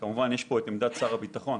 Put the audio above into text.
ישנה עמדת שר הביטחון,